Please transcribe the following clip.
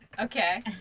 Okay